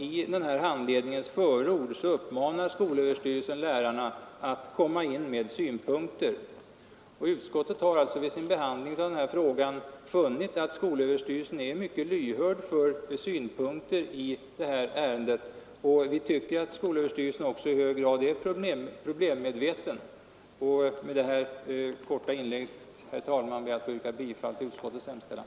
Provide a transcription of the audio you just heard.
I den här handledningens förord uppmanar dessutom skolöverstyrelsen lärarna att komma in med synpunkter. Utskottet har vid sin behandling av denna fråga funnit att skolöverstyrelsen är mycket lyhörd för synpunkter i detta ärende. Vi anser också att skolöverstyrelsen här i mycket hög grad är problemmedveten. Men detta korta inlägg, herr talman, ber jag att få yrka bifall till utskottets hemställan.